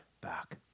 back